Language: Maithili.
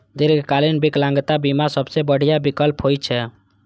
दीर्घकालीन विकलांगता बीमा सबसं बढ़िया विकल्प होइ छै